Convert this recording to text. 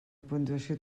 puntuació